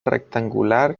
rectangular